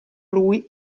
lui